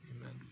amen